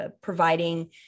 providing